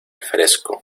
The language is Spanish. fresco